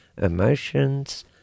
emotions